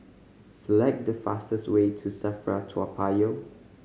select the fastest way to SAFRA Toa Payoh